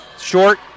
short